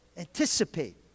anticipate